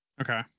Okay